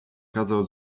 kazał